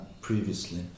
previously